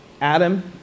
Adam